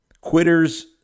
Quitters